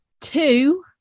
Two